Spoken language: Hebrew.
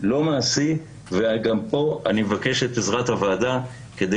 לא מעשי וגם פה אני מבקש את עזרת הוועדה כדי